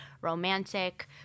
romantic